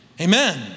Amen